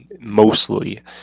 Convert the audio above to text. mostly